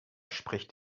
spricht